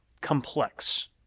complex